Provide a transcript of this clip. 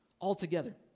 altogether